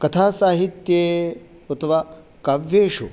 कथासाहित्ये अथवा काव्येषु